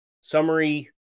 summary